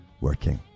working